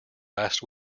last